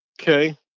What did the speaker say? Okay